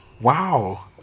Wow